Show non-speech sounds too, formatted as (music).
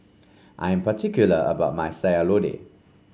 I am (noise) particular about my Sayur Lodeh